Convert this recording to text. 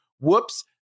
whoops